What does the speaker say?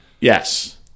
Yes